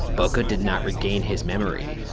boca did not regain his memory,